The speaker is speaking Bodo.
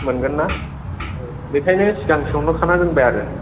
मोनगोन ना बेखायनो सिगां सोंहरखाना दोनबाय आरो